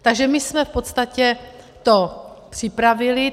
Takže my jsme v podstatě to připravili.